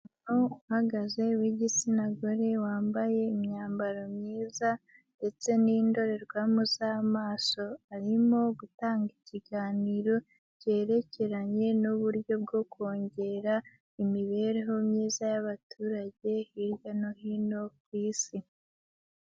Umuntu uhagaze w'igitsina gore wambaye imyambaro myiza ndetse n'indorerwamo z'amaso, arimo gutanga ikiganiro kerekeranye n'uburyo bwo kongera imibereho myiza y'abaturage hirya no hino ku isi.